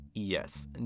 Yes